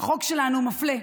החוק שלנו מפלה.